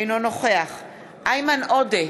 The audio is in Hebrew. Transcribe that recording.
אינו נוכח איימן עודה,